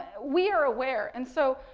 we are aware. and so,